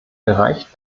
gereicht